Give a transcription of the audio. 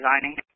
designing